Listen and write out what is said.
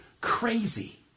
Crazy